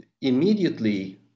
immediately